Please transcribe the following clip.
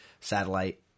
satellite